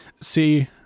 See